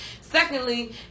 Secondly